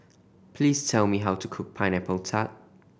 please tell me how to cook Pineapple Tart